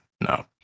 No